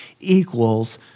equals